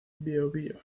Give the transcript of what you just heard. biobío